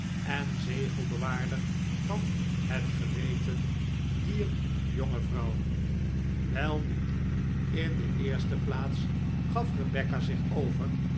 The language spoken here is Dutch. en zegelbewaarder van het geweten dier jonge vrouw welnu in de eerste plaats gaf rebecca zich over